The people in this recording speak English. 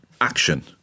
action